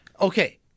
Okay